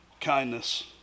kindness